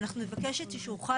אנחנו נבקש את אישורך,